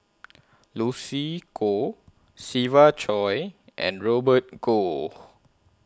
Lucy Koh Siva Choy and Robert Goh